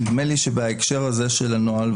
נדמה לי שבהקשר הזה של הנוהל,